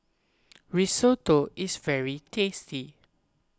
Risotto is very tasty